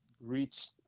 reached